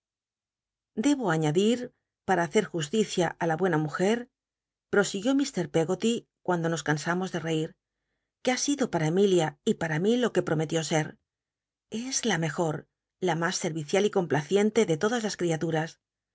debo añadir para hacet justicia á la buena mujer prosiguió mr peggoty cuando nos cansamos de reir que ha sido para emilia y pam mi lo que prometió set es la mejot la mas servicial y complaciente de todas las criaturas